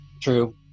True